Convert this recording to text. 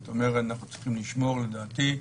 זאת אומרת אנחנו צריכים לשאול, לדעתי,